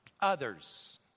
Others